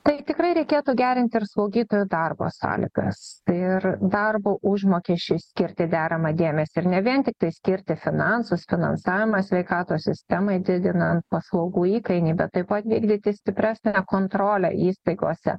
tai tikrai reikėtų gerinti ir slaugytojų darbo sąlygas ir darbo užmokesčiui skirti deramą dėmesį ir ne vien tiktai skirti finansus finansavimą sveikatos sistemai didinant paslaugų įkainį bet taip pat vykdyti stipresnę kontrolę įstaigose